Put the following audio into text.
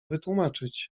wytłumaczyć